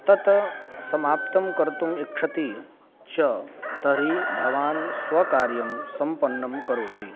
तत् समाप्तं कर्तुम् इच्छति च तर्हि भवान् स्वकार्यं सम्पन्नं करोति